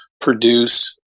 produce